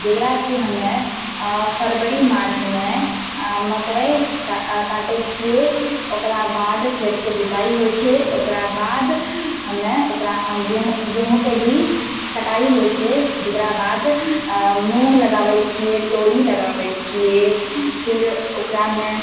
जकरा कि हमे फरवरी मार्च मे मकइ का काटय छियै ओकराबाद खेतके जोताइ होइ छै ओकराबाद हमे ओकरा गेहूँ गेहूँके भी कटाइ होइ छै जकरा बाद मूङ्ग लगाबय छियै तोरी लगाबय छियै फिर ओकरामे